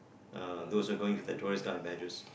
uh those that are going to the tourist guard and I just